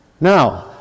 now